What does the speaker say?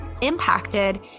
impacted